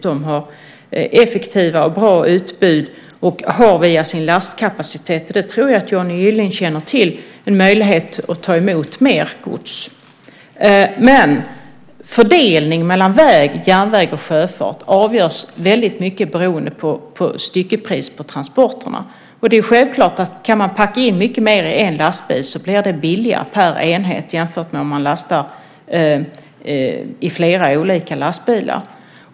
De har effektiva och bra utbud och har via sin lastkapacitet - det tror jag att Johnny Gylling känner till - möjlighet att ta emot mer gods. Men fördelning mellan väg, järnväg och sjöfart avgörs väldigt mycket beroende på styckepriset på transporterna. Det är självklart att om man kan packa in mycket mer i en lastbil så blir det billigare per enhet jämfört med om man lastar i flera olika lastbilar.